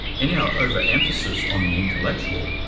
in our overemphasis on the intellect,